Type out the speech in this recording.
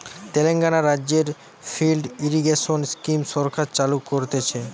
তেলেঙ্গানা রাজ্যতে lift irrigation scheme সরকার চালু করতিছে